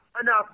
enough